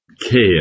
care